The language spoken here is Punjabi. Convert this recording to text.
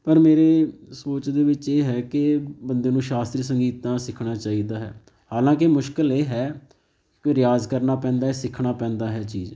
ਪਰ ਮੇਰੇ ਸੋਚ ਦੇ ਵਿੱਚ ਇਹ ਹੈ ਕਿ ਬੰਦੇ ਨੂੰ ਸ਼ਾਸਤਰੀ ਸੰਗੀਤ ਤਾਂ ਸਿੱਖਣਾ ਚਾਹੀਦਾ ਹੈ ਹਾਲਾਂਕਿ ਮੁਸ਼ਕਿਲ ਇਹ ਹੈ ਕਿ ਰਿਆਜ਼ ਕਰਨਾ ਪੈਂਦਾ ਸਿੱਖਣਾ ਪੈਂਦਾ ਹੈ ਚੀਜ਼